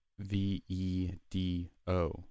V-E-D-O